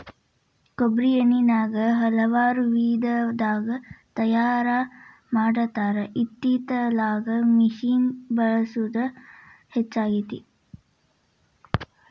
ಕೊಬ್ಬ್ರಿ ಎಣ್ಣಿನಾ ಹಲವಾರು ವಿಧದಾಗ ತಯಾರಾ ಮಾಡತಾರ ಇತ್ತಿತ್ತಲಾಗ ಮಿಷಿನ್ ಬಳಸುದ ಹೆಚ್ಚಾಗೆತಿ